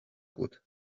gut